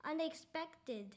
unexpected